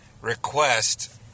request